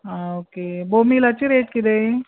आं ओके बोंबीलाची रेट कितें